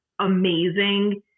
amazing